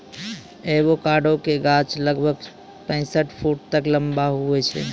avocado के गाछ लगभग पैंसठ फुट तक लंबा हुवै छै